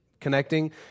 connecting